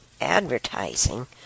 advertising